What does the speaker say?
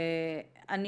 אני